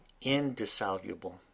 indissoluble